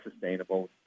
sustainable